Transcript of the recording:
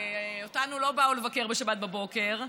ואותנו לא באו לבקר בשבת בבוקר,